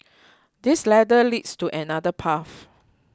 this ladder leads to another path